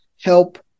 help